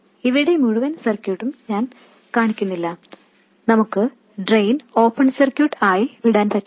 ഇവിടെ മുഴുവൻ സർക്യൂട്ടും ഞാൻ കാണിക്കുന്നില്ല നമുക്ക് ഡ്രെയിൻ ഓപ്പൺ സർക്യൂട്ട് ആയി വിടാൻ പറ്റില്ല